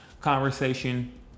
conversation